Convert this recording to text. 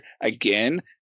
again